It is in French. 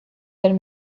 elles